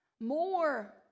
more